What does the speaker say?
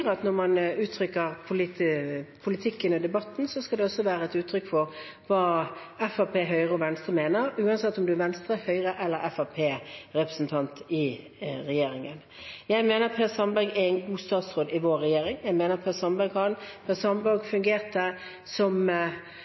at når man uttrykker politikk i debatten, skal det også være et uttrykk for hva Fremskrittspartiet, Høyre og Venstre mener, uansett om man er Venstre-, Høyre- eller Fremskrittsparti-representant i regjeringen. Jeg mener at Per Sandberg er en god statsråd i vår regjering. Per Sandberg fungerte som innvandrings- og integreringsminister i tre måneder i fjor, uten at det var noen som